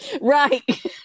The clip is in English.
Right